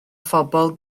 phobl